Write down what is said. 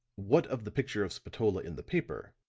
what of the picture of spatola in the paper?